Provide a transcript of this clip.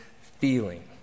feeling